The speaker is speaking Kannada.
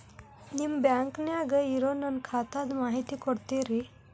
ನಿಮ್ಮ ಬ್ಯಾಂಕನ್ಯಾಗ ಇರೊ ನನ್ನ ಖಾತಾದ ಮಾಹಿತಿ ಕೊಡ್ತೇರಿ?